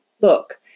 book